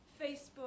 Facebook